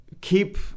keep